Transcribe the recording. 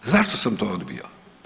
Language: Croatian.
Zašto sam to odbio?